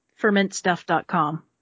fermentstuff.com